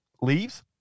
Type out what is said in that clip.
leaves